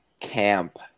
camp